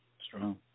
Strong